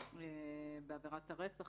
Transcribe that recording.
למשל, בעבירת הרצח